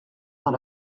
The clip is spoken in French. dans